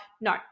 No